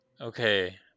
Okay